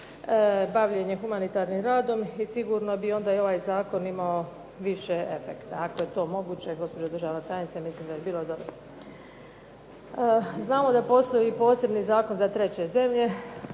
bavljenje humanitarnim radom i sigurno bi onda i ovaj zakon imao više efekta. Ako je to moguće, gospođo državna tajnice, mislim da bi bilo dobro. Znamo da postoji i posebni zakon za treće zemlje,